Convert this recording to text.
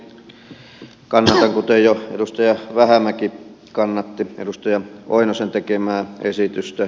minäkin kannatan kuten jo edustaja vähämäki kannatti edustaja oinosen tekemää esitystä